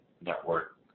network